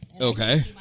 Okay